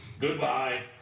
Goodbye